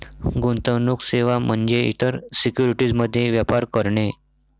गुंतवणूक सेवा म्हणजे इतर सिक्युरिटीज मध्ये व्यापार करणे